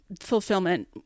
fulfillment